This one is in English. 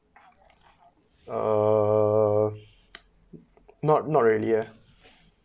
err not not really eh